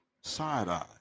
side-eye